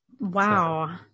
wow